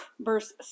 verse